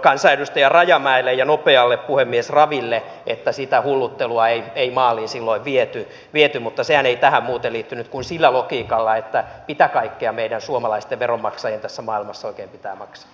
kansanedustaja rajamäelle ja nopealle puhemies raville että sitä hulluttelua ei maaliin silloin viety mutta sehän ei tähän muuten liittynyt kuin sillä logiikalla että mitä kaikkea meidän suomalaisten veronmaksajien tässä maailmassa oikein pitää maksaa